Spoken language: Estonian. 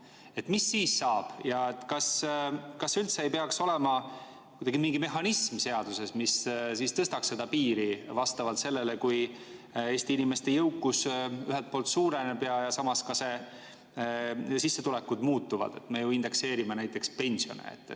Mis siis saab? Kas üldse ei peaks olema mingi mehhanism seaduses, mis tõstaks seda piiri, kui Eesti inimeste jõukus ühelt poolt suureneb ja samas ka sissetulekud muutuvad? Me ju indekseerime näiteks pensione.